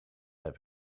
heb